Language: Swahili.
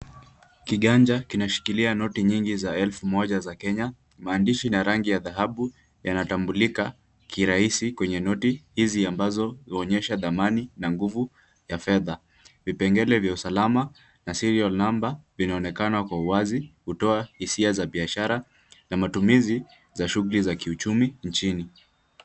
Kiganja kinashikilia noti nyingi za elfu moja za Kenya, maandishi na rangi ya dhahabu yanatambulika kirahisi kwenye noti hizi ambazo huonyesha dhamani na nguvu ya fedha. Vipengele vya usalama na serial number vinaonekana kwa uwazi kutoa hisia za biashara na matumizi za shughuli za kiuchumi nchini.